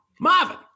Marvin